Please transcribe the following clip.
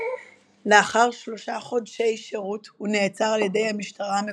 לאחר 3 חודשי שירות הוא נעצר על ידי המשטרה המקומית,